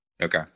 Okay